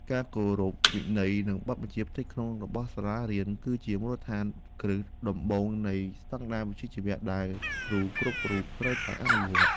ការគោរពវិន័យនិងបទបញ្ជាផ្ទៃក្នុងរបស់សាលារៀនគឺជាមូលដ្ឋានគ្រឹះដំបូងនៃស្តង់ដារវិជ្ជាជីវៈដែលគ្រូគ្រប់រូបត្រូវតែអនុវត្ត។